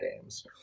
games